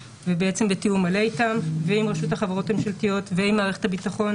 ובתיאום מלא איתם ועם רשות החברות הממשלתיות ועם מערכת הביטחון